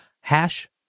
Hash